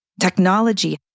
Technology